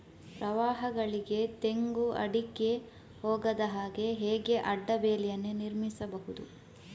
ಪ್ರವಾಹಗಳಿಗೆ ತೆಂಗು, ಅಡಿಕೆ ಹೋಗದ ಹಾಗೆ ಹೇಗೆ ಅಡ್ಡ ಬೇಲಿಯನ್ನು ನಿರ್ಮಿಸಬಹುದು?